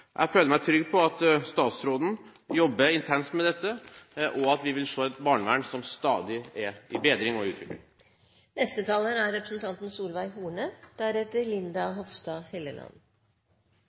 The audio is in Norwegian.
Jeg føler meg trygg på at statsråden jobber intenst med dette, og at vi vil se et barnevern som stadig er i bedring og